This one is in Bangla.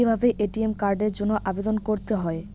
কিভাবে এ.টি.এম কার্ডের জন্য আবেদন করতে হয়?